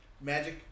magic